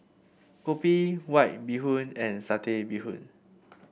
kopi White Bee Hoon and Satay Bee Hoon